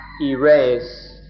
erase